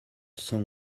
song